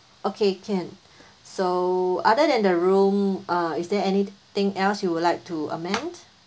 okay can so other than the room uh is there anything else you would like to amend